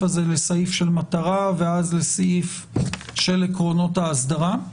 הזה לסעיף של מטרה ואז לסעיף של עקרונות האסדרה.